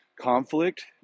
conflict